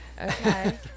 Okay